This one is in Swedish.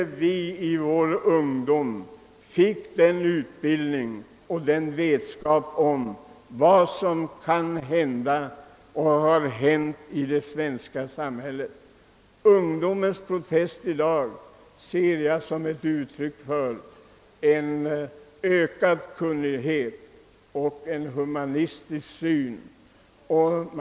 När vi var unga fick vi inte den utbildning och de kunskaper om vad som händer i det svenska samhället som våra dagars ungdom får, och jag ser de ungas protester i dag som ett uttryck för större kunnande och ett mera humanistiskt synsätt.